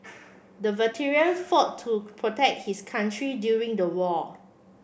the veteran fought to protect his country during the war